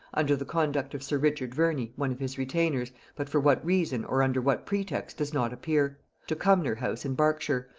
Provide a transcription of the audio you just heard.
under the conduct of sir richard verney, one of his retainers but for what reason or under what pretext does not appear to cumnor house in berkshire,